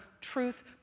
truth